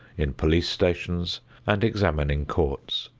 in police stations and examining courts.